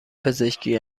پزشکی